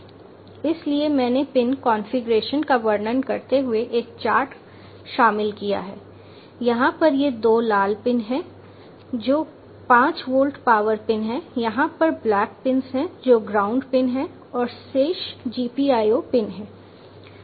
इसलिए मैंने pin configuration का वर्णन करते हुए एक चार्ट शामिल किया है यहाँ पर ये 2 लाल पिन हैं जो पाँच वोल्ट पावर पिन हैं यहाँ पर ब्लैक पिंस हैं जो ग्राउंड पिन हैं और शेष GPIO पिन हैं